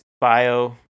bio